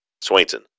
Swainson